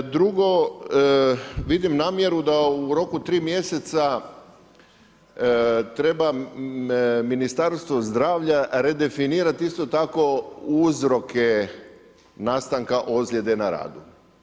Drugo, vidim namjeru da u roku 3 mjeseca treba Ministarstvo zdravlja redefinirati isto tako uzroke nastanka ozljede na radu.